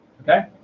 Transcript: Okay